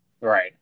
Right